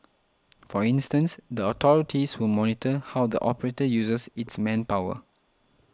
for instance the authorities will monitor how the operator uses its manpower